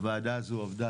הוועדה הזאת עבדה,